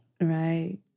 Right